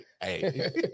Hey